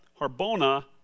Harbona